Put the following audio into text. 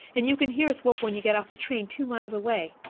and you can hear us whoop when you get off the train two miles away.